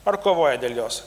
ar kovoja dėl jos